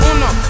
Uno